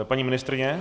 Paní ministryně?